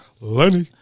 Lenny